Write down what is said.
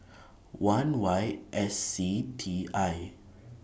one Y S C T I